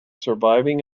surviving